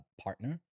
partner